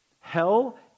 Hell